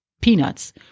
peanuts